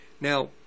Now